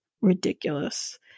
Ridiculous